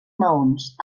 maons